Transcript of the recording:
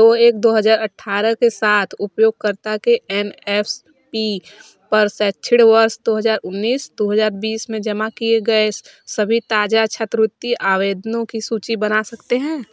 दो एक दो हज़ार अठारह के साथ उपयोगकर्ता के एन एस पी पर शैक्षणिक वर्ष दो हज़ार उन्नीस दो हज़ार बीस में जमा किए गए सभी ताजा छात्रवृत्ति आवेदनों की सूचि बना सकते हैं